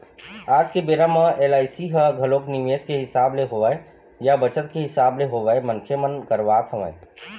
आज के बेरा म एल.आई.सी ह घलोक निवेस के हिसाब ले होवय या बचत के हिसाब ले होवय मनखे मन करवात हवँय